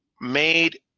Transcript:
made